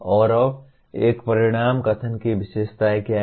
और अब एक परिणाम कथन की विशेषताएं क्या हैं